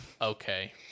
okay